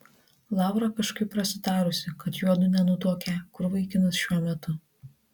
laura kažkaip prasitarusi kad juodu nenutuokią kur vaikinas šiuo metu